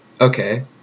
okay